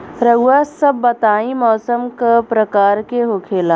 रउआ सभ बताई मौसम क प्रकार के होखेला?